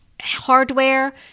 hardware